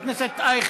חבר הכנסת אייכלר,